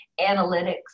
analytics